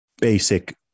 basic